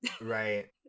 Right